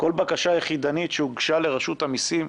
כל בקשה יחידנית שהוקשה לרשות המיסים,